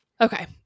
okay